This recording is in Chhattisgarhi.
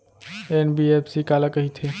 एन.बी.एफ.सी काला कहिथे?